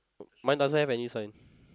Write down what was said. mine doesn't have any sign